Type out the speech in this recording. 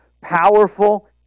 powerful